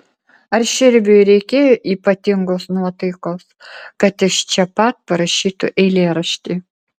ar širviui reikėjo ypatingos nuotaikos kad jis čia pat parašytų eilėraštį